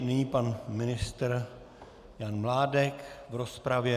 Nyní pan ministr Jan Mládek v rozpravě.